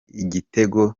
igitego